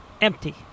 empty